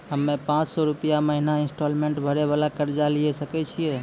हम्मय पांच सौ रुपिया महीना इंस्टॉलमेंट भरे वाला कर्जा लिये सकय छियै?